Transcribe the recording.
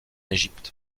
égypte